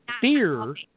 fear